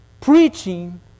preaching